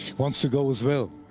wants to go as well.